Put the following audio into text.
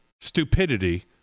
stupidity